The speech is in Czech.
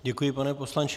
Děkuji, pane poslanče.